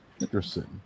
interesting